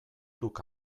duk